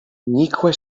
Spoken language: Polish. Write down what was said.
nikłe